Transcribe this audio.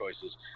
choices